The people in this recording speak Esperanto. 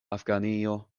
afganio